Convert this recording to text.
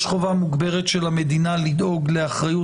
יש חובה מוגברת של המדינה לדאוג לאחריות